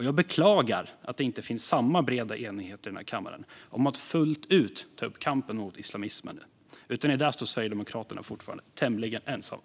Jag beklagar att det inte finns samma breda enighet i denna kammare om att fullt ut ta upp kampen mot islamismen. Där står Sverigedemokraterna fortfarande tämligen ensamma.